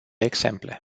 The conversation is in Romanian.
exemple